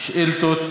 שאילתות